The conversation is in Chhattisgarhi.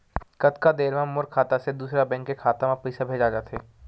कतका देर मा मोर खाता से दूसरा बैंक के खाता मा पईसा भेजा जाथे?